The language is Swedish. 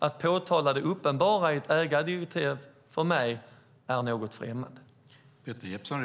Att påtala det uppenbara i ett ägardirektiv är något främmande för mig.